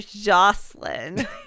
Jocelyn